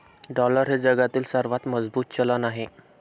dollar हे जगातील सर्वात मजबूत चलन आहे